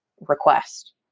request